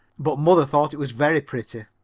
but mother thought it was very pretty.